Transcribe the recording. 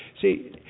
See